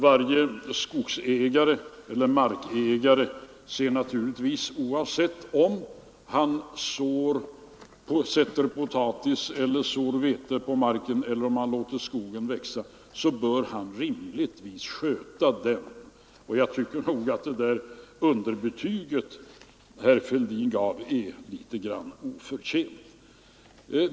Oavsett om markägaren sätter potatis eller sår vete på marken eller låter skogen växa, så bör han rimligtvis sköta marken. Därför tycker jag att det underbetyg som herr Fälldin gav är litet grand oförtjänt.